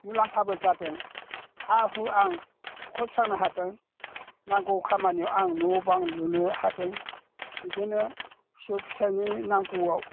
मुलाम्फाबो जादों हा हु आं सुख'स्रांनो हादों नांगौ खामानियावबो आं न' बां लुनो हादों बिदिनो फिसौ फिसानि नांगौआव